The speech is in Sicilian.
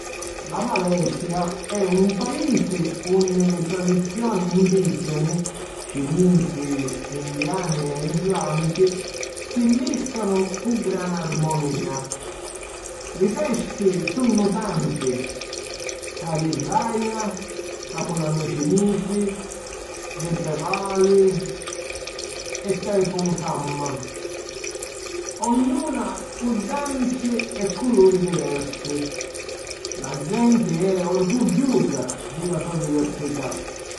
La Malesia è un paisi unni li tradizioni indìgeni, cinisi, indiani e islàmichi si mmìscanu cu gran armonìa. Li festi sunnu tanti: Hari Raya, Capudannu cinisi, Deepavali e Thaipusam, ognuna cu danzi e culuri diversi. La genti è orgugghiusa di la so diversità.